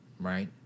right